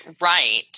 right